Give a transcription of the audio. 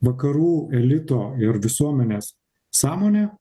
vakarų elito ir visuomenės sąmonę